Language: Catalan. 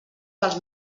dels